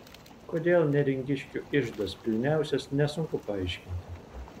kodėl neringiškių iždas pilniausias nesunku paaiškinti